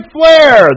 Flair